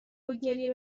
باگریه